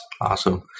Awesome